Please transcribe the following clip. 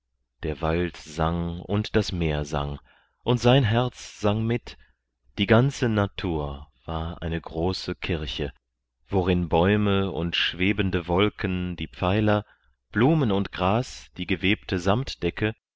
der wald sang und das meer sang und sein herz sang mit die ganze natur war eine große kirche worin bäume und schwebende wolken die pfeiler blumen und gras die gewebte